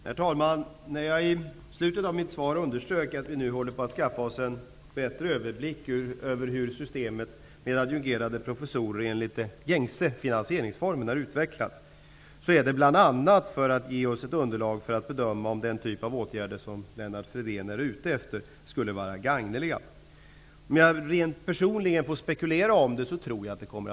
Herr talman! I slutet av mitt svar underströk jag att vi nu håller på att skaffa oss en bättre överblick över hur systemet med adjungerade professorer enligt den gängse finansieringsformen har utvecklats. Detta gör vi bl.a. för att få ett underlag för att bedöma om de åtgärder som Lennart Fridén är ute efter skulle vara gagneliga. Om jag rent personligen får spekulera om detta tror jag att det är så.